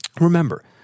Remember